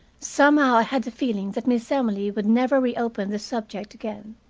somehow i had the feeling that miss emily would never reopen the subject again.